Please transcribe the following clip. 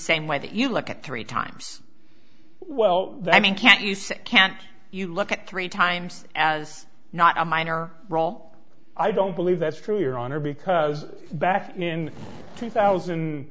same way that you look at three times well i mean can't you say can't you look at three times as not a minor role i don't believe that's true your honor because back in two thousand